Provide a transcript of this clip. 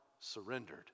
surrendered